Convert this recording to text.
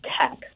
tech